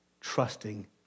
trusting